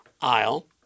aisle